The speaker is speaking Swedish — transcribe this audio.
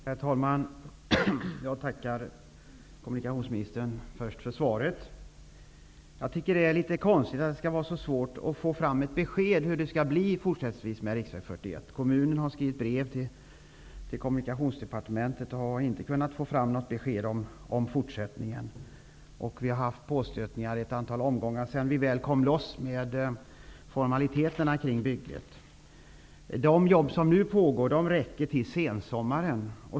Herr talman! Jag tackar kommunikationsministern för svaret. Det är litet konstigt att det skall vara så svårt att få ett besked om hur det fortsättningsvis blir med riksväg 41. Kommunen har skrivit brev till Kommunikationsdepartementet, men man har inte kunnat få något besked om hur det blir i fortsättningen. Det har gjorts påstötningar i ett antal omgångar sedan vi väl kom loss med formaliteterna kring bygget. De jobb som nu pågår räcker fram till sensommaren.